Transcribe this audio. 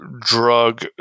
drug